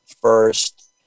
first